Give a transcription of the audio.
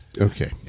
Okay